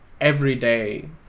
everyday